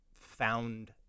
found